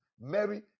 Mary